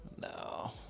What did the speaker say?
No